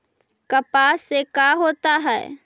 कपास से का होता है?